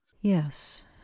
Yes